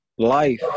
Life